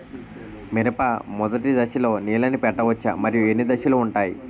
మిరప మొదటి దశలో నీళ్ళని పెట్టవచ్చా? మరియు ఎన్ని దశలు ఉంటాయి?